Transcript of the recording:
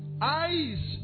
eyes